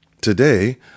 Today